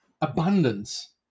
abundance